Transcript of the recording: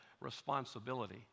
responsibility